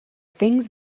things